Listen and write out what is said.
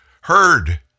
heard